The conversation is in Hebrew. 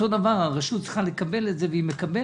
אותו דבר, הרשות צריכה לקבל את זה, והיא מקבלת,